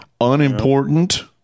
unimportant